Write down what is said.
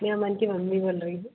मे अमन की मम्मी बोल रही हूँ